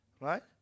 Right